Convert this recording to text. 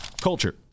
Culture